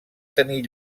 tenir